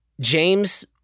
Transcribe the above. James